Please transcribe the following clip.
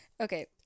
Okay